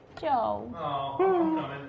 Joe